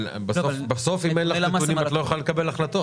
בסוף אם אין לך נתונים את לא יכולה לקבל החלטות.